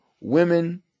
women